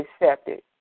accepted